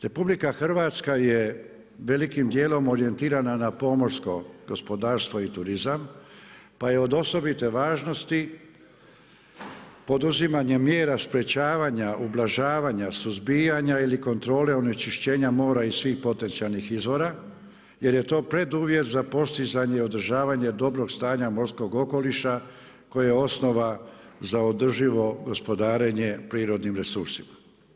RH je velikim dijelom orijentirana na pomorsko gospodarstvo i turizam, pa je od osobite važnosti poduzimanje mjera sprečavanja, ublažavanja, suzbijanja ili kontrole onečišćenja mora i svih potencijalni izvora jer je to preduvjet za postizanje i održavanje dobrog stanja morskog okoliša koje je osnova za održivo gospodarenje prirodnim resursima.